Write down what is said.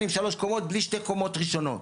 עם שלוש קומות בלי שתי קומות ראשונות.